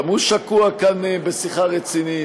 גם הוא שקוע כאן בשיחה רצינית.